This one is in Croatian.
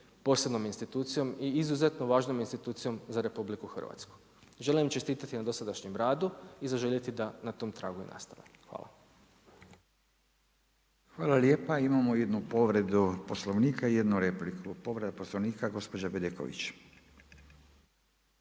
posebnom institucijom i izuzetno važnom institucijom za RH. Želim vam čestitati na dosadašnjem radu i zaželjeti da na tom tragu i nastave. Hvala. **Radin, Furio (Nezavisni)** Hvala lijepa. Imamo jednu povredu Poslovnika, jednu repliku. Povreda Poslovnika, gospođa Bedeković.